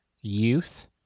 Youth